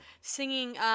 Singing